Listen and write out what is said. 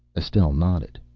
estelle nodded.